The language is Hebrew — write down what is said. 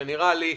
שנראה לי,